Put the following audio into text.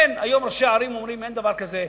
היום ראשי ערים אומרים: אין דבר כזה,